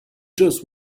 just